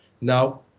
Now